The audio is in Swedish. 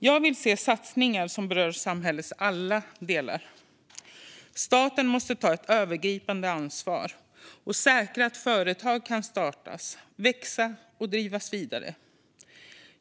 Jag vill se satsningar som berör samhällets alla delar. Staten måste ta ett övergripande ansvar och säkra att företag kan startas, växa och drivas vidare.